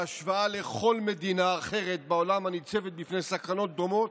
בהשוואה לכל מדינה אחרת בעולם הניצבת בפני סכנות דומות,